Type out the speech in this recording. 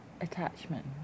attachment